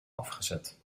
afgezet